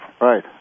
Right